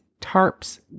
tarps